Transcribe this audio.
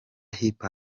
hip